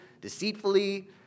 deceitfully